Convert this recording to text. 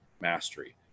mastery